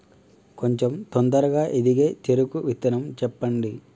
కొంచం తొందరగా ఎదిగే చెరుకు విత్తనం చెప్పండి?